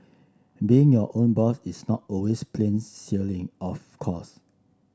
being your own boss is not always plain sailing of course